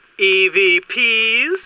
EVPs